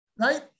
right